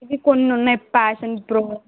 ఇవి కొన్నున్నాయి Passion pro